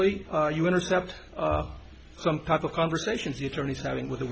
or you intercept some type of conversations the attorneys having with